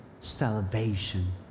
salvation